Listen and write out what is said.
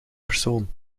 persoon